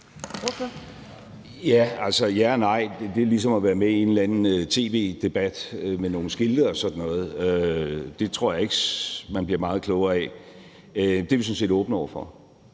ja eller nej er det er ligesom at være med i en eller anden tv-debat med nogle skilte og sådan noget; det tror jeg ikke man bliver meget klogere af. Vi er sådan set åbne over for